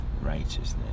righteousness